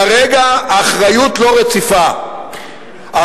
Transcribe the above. כרגע האחריות לא רציפה,